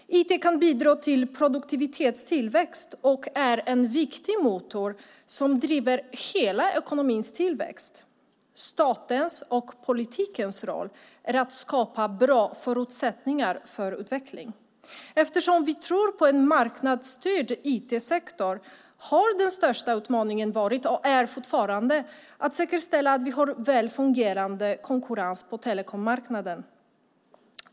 IT kan bidra till produktivitetstillväxt och är en viktig motor som driver hela ekonomins tillväxt. Statens och politikens roll är att skapa bra förutsättningar för utveckling. Eftersom vi tror på en marknadsstyrd IT-sektor har den största utmaningen varit - och är fortfarande - att säkerställa att vi har en väl fungerande konkurrens på telekommarknaden.